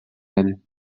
ell